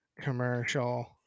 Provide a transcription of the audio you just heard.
commercial